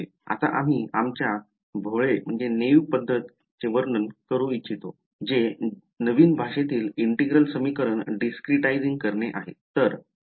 आता आम्ही आमच्या भोळेNaïve पद्धत चे वर्णन करू इच्छितो जे नवीन भाषेतील integral समीकरण discretizing करणे आहे